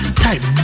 type